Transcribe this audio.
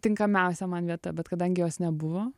tinkamiausia man vieta bet kadangi jos nebuvo